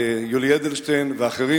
יולי אדלשטיין ואחרים,